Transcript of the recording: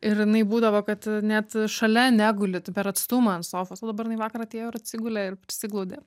ir jinai būdavo kad net šalia neguli tai per atstumą ant sofos o dabar jinai vakar atėjo ir atsigulė ir prisiglaudė